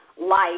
life